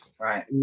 Right